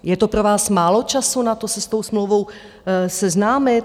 Je to pro vás málo času na to se s tou smlouvou seznámit?